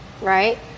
right